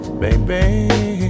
baby